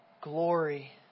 glory